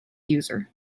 user